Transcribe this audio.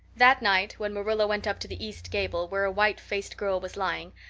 that night, when marilla went up to the east gable, where a white-faced girl was lying,